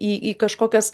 į į kažkokias